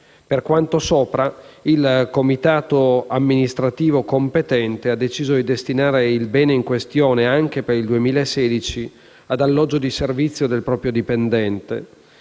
Per quanto sopra, il comitato amministrativo competente ha deciso di destinare il bene in questione, anche per il 2016, ad alloggio di servizio del proprio dipendente,